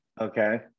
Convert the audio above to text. Okay